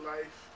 Life